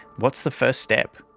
what's the first step?